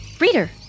Reader